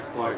noin